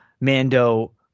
Mando